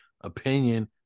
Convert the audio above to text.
opinion